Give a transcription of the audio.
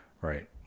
Right